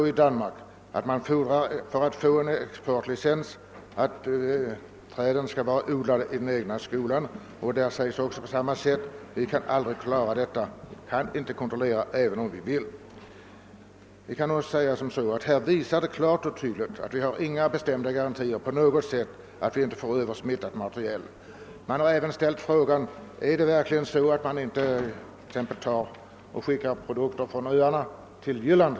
I Danmark fordras för exportlicens att träden skall vara odlade i den egna skolan, men man erkänner att man aldrig kan klara en sådan kontroll även om man vill. Allt detta visar klart och tydligt att vi inte på något sätt har bestämda garantier för att vi inte får in smittat material. Kan det inte hända att man skickar produkter från öarna till Jylland?